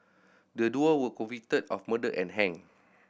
the duo were convicted of murder and hanged